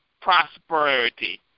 prosperity